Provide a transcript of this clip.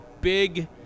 big